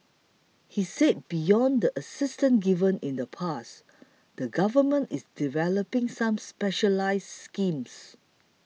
he said beyond the assistance given in the past the Government is developing some specialised schemes